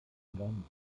ungarn